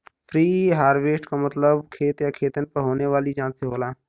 preharvest क मतलब खेत या खेतन पर होने वाली जांच से होला